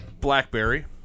blackberry